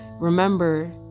remember